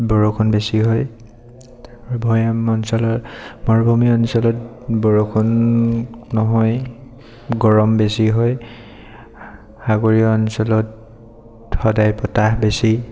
বৰষুণ বেছি হয় ভৈয়াম অঞ্চলত মৰুভূমি অঞ্চলত বৰষুণ নহয় গৰম বেছি হয় সাগৰীয় অঞ্চলত সদায় বতাহ বেছি